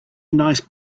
nice